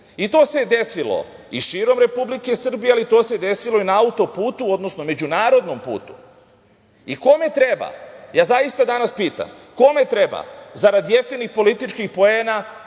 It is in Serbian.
I to se desilo i širom Republike Srbije, ali to se desilo i na autoputu, odnosno međunarodnom putu. I kome treba? Ja zaista danas pitam - kome treba zarad jeftinih političkih poena